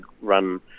run